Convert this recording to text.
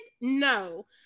no